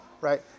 right